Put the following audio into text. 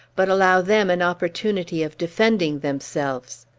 but allow them an opportunity of defending themselves.